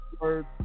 words